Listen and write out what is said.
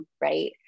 right